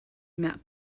map